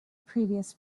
previous